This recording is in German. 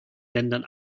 ländern